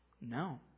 No